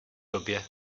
době